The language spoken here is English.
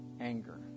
anger